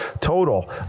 total